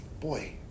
boy